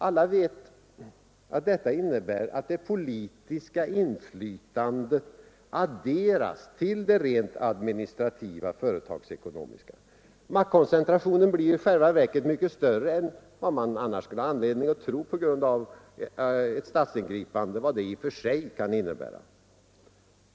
Alla vet att detta innebär att det politiska inflytandet adderas till det rent administrativt företagsekonomiska. Maktkoncentrationen blir i själva verket mycket större än vad man annars skulle ha anledning att tro att ett statsingripande kan innebära.